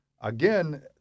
Again